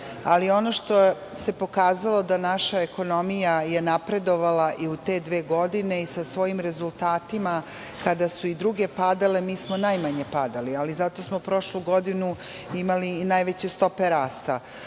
svet. Ono što se pokazalo je da je naša ekonomija napredovala i u te dve godine i sa svojim rezultatima, kada su i druge padale mi smo najmanje padali. Zato smo prošlu godinu imali i najveće stope rasta.